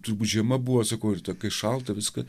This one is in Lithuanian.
turbūt žiema buvo sakau ir tada kai šalta viską